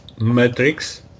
Matrix